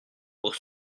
pour